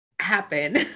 happen